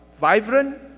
vibrant